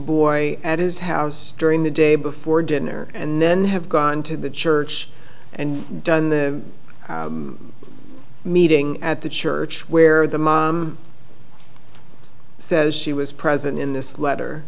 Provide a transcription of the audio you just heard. boy at his house during the day before dinner and then have gone to the church and done the meeting at the church where the says she was present in this letter